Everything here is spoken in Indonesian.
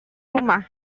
rumah